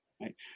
right